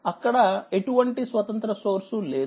అక్కడఎటువంటి స్వతంత్ర సోర్స్ లేదు